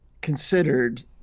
considered